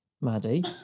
Maddie